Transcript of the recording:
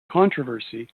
controversy